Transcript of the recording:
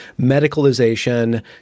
medicalization